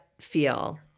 feel